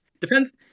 Depends